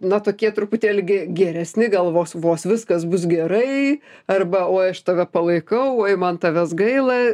na tokie truputėlį ge geresni gal vos vos viskas bus gerai arba oi aš tave palaikau oi man tavęs gaila